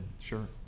Sure